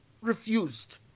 refused